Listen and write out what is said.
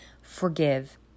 forgive